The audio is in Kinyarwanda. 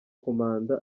komanda